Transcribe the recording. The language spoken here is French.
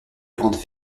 grandes